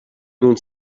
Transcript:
nun